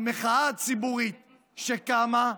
המחאה הציבורית שקמה,